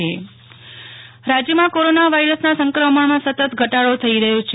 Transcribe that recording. Nehal Thakkar corona રાજય રાજ્યમાં corona વાયરસના સંક્રમણમાં સતત ઘટાડો થઈ રહ્યો છે